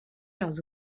leurs